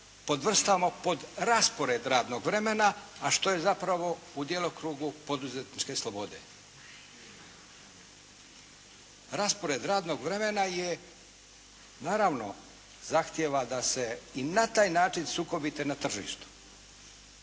podvrstavamo pod pojam raspored radnog vremena, a što je zapravo u djelokrugu poduzetničke slobode. Raspored radnog vremena je, naravno zahtjeva da se i na taj način sukobite na tržištu,